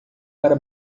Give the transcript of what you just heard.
para